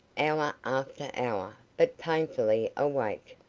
hour after hour, but painfully awake.